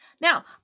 Now